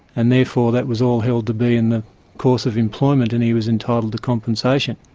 and therefore that was all held to be in the course of employment and he was entitled to compensation.